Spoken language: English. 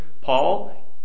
paul